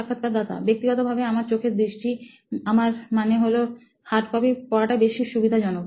সাক্ষাৎকারদাতা ব্যক্তিগতভাবে আমার চোখের দৃষ্টি আমার মানে হলো হার্ড কপি পড়াটা বেশি সুবিধাজনক